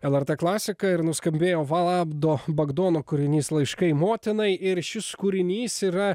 lrt klasika ir nuskambėjo vaabdo bagdono kūrinys laiškai motinai ir šis kūrinys yra